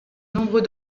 nombreux